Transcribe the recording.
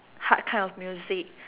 hard kind of music